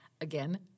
Again